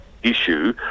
issue